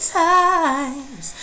times